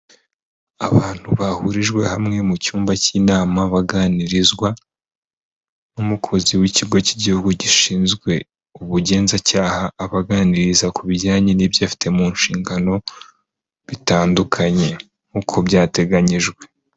Abantu bahurijwe hamwe mu cyumba cy'inama baganirizwa nk'umukozi w'ikigo cy'igihugu gishinzwe ubugenzacyaha abaganiriza ku bijyanye n'ibyo afite mu nshingano bitandukanye nk,uko byateganyijwe.